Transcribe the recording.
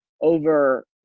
over